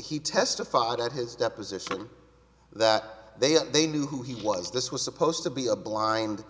he testified at his deposition that they had they knew who he was this was supposed to be a blind